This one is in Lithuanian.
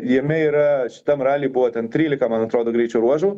jame yra šitam raly buvo ten trylika man atrodo greičio ruožų